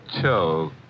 choke